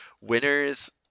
winners